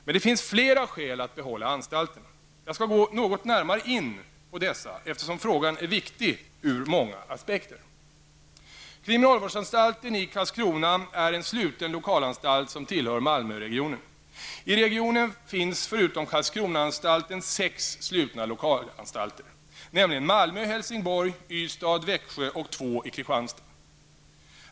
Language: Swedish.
Men det finns flera skäl att behålla anstalten. Jag skall gå något närmare in på dessa, eftersom frågan är viktig ur många aspekter. Kriminalvårdsanstalten i Karlskrona är en sluten lokalanstalt som tillhör Malmöregionen. I regionen finns förutom Karlskronaanstalten sex slutna lokalanstalter, nämligen Malmö, Helsingborg, Ystad, Växjö och två i Kristianstad.